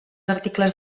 articles